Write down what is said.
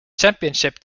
championship